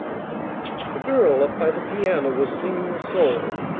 the girl up by the piano was singing the solo.